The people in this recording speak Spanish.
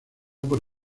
por